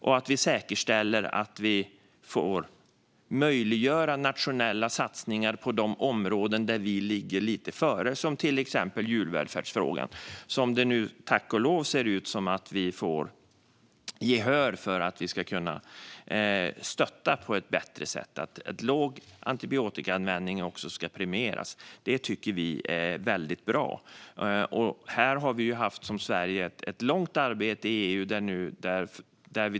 Vi vill säkerställa vår möjlighet att göra nationella satsningar på de områden där vi ligger lite före, till exempel djurvälfärdsfrågan, som det nu tack och lov ser ut som om vi får gehör för att kunna stötta på ett bättre sätt. Till exempel ska en låg antibiotikaanvändning premieras. Det tycker vi är väldigt bra. Här har Sverige haft ett långt arbete i EU.